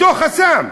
אותו חסם.